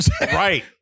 right